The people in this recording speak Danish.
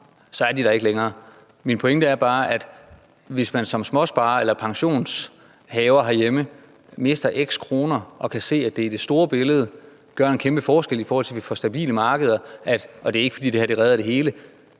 så er de der ikke længere – så tror jeg, at hvis man som småsparer eller pensionshaver herhjemme mister x kroner og kan se, at det i det store billede gør en kæmpe forskel, i forhold til at vi får stabile markeder, selv om det her ikke redder det hele,